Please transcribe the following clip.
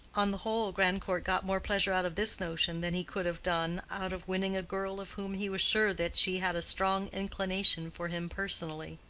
on the whole, grandcourt got more pleasure out of this notion than he could have done out of winning a girl of whom he was sure that she had a strong inclination for him personally.